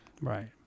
Right